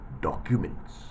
documents